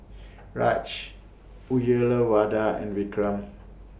Raj Uyyalawada and Vikram